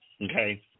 Okay